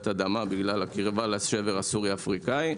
אדמה בגלל הקירבה לשבר הסורי-אפריקני,